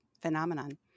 phenomenon